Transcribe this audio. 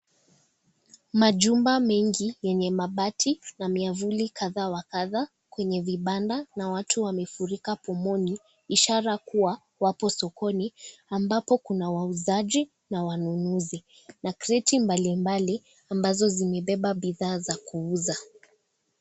Majumba mengi yenye mabati na miavuli kadha wa kadha kwenye vibanda na watu wamevulika pomoni ishara kua wapo sokoni ambapo kuna wausaji na wanunuzi na kreti mbalimbali ambazo zimebeba bidhaa za kuuza.